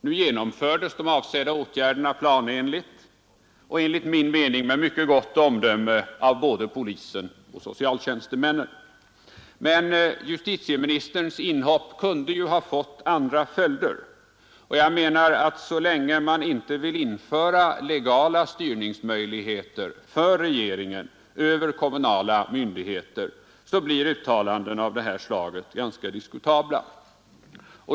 Nu genomfördes de avsedda åtgärderna planenligt och enligt min mening med mycket gott omdöme av både polisen och socialtjänstemännen. Men justitieministerns inhopp kunde ju ha fått andra följder, och jag menar att så länge man inte vill införa legala styrningsmöjligheter för regeringen över kommunala myndigheter så blir uttalanden av det här aktuella slaget ganska diskutabla.